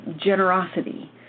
generosity